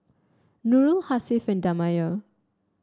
Nurul Hasif and Damia